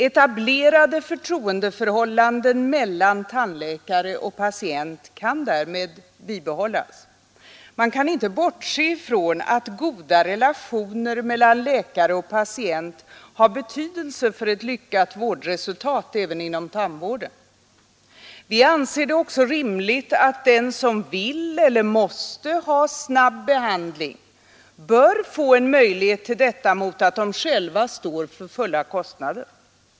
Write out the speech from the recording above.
Etablerade förtroendeförhållanden mellan tandläkare och patient kan därmed bibehållas. Man kan inte bortse från att goda relationer mellan läkare och patient har betydelse för ett lyckat vårdresultat även inom tandvården. Vi anser det också rimligt att den som vill eller måste ha snabb behandling bör få möjlighet till detta mot att de själva står för fulla kostnaden.